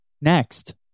Next